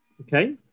Okay